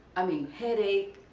i mean, headache,